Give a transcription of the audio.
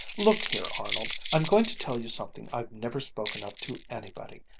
look here, arnold. i'm going to tell you something i've never spoken of to anybody.